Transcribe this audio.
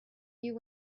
you